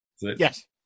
Yes